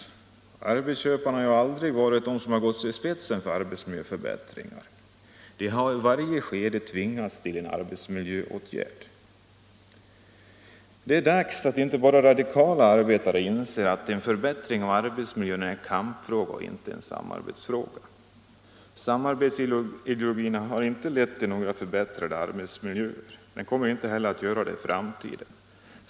Arbets köparna har ju aldrig varit de som gått i spetsen när det gällt att göra arbetsmiljöförbättringar. De har i varje skede tvingats till sådana åtgärder. Det är dags att inte bara radikala arbetare inser att förbättring av arbetsmiljön är en kampfråga och inte en samarbetsfråga. Samarbetsideologin har inte lett till några förbättrade arbetsmiljöer. Den kommer inte heller att göra det i framtiden.